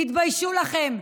תתביישו לכם.